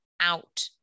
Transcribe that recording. out